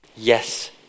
Yes